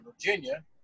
Virginia